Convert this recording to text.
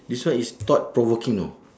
this one is thought-provoking know